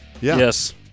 Yes